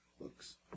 books